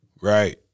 Right